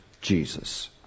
Jesus